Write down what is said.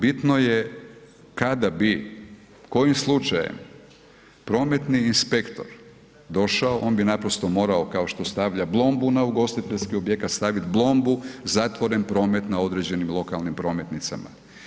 Bitno je kada bi kojim slučajem prometni inspektor došao, on bi naprosto morao kao što stavlja blombu na ugostiteljski objekat, stavit blombu zatvoren promet na određenim lokalnim prometnicama.